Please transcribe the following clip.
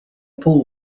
paul